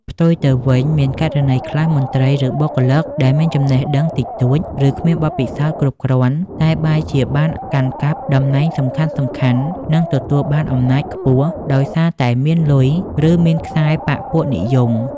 ផ្ទុយទៅវិញ មានករណីខ្លះ មន្ត្រី ឬបុគ្គលដែលមានចំណេះដឹងតិចតួច ឬគ្មានបទពិសោធន៍គ្រប់គ្រាន់តែបែរជាបានកាន់កាប់តំណែងសំខាន់ៗ និងទទួលបានអំណាចខ្ពស់ដោយសារតែមានលុយ ឬមានខ្សែបក្សពួកនិយម។